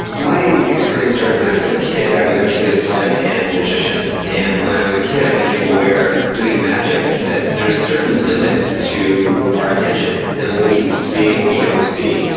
my experience started when i was a kid. i was actually a slight of hand magician, and when i was a kid i became aware doing magic that there are certain limits to our attention and what we can see and what we don't see.